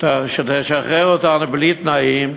שתשחרר אותו בלי תנאים,